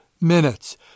minutes